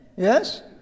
Yes